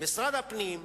משרד הפנים,